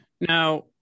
Now